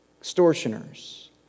extortioners